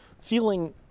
feeling